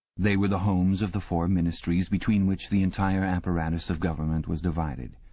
they were the homes of the four ministries between which the entire apparatus of government was divided.